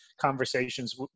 conversations